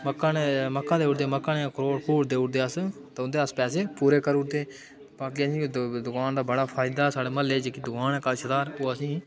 मक्कां न मक्कां देई ओड़दे मक्कां नेईं तां होर देई ओड़दे अस पैसे पूरे करी ओड़दे बाकी असेंगी दुकान दा बड़ा साढ़े म्हल्ले ई जेह्की दुकान ऐ कश थाहर ओह् असेंगी